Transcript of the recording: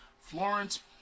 Florence